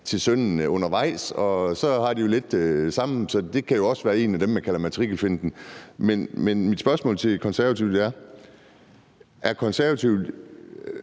til sønnen undervejs, og så har de det jo lidt sammen, og det kan jo også komme under det, man kalder matrikelfinten. Men mit spørgsmål til Konservative er: Er Konservative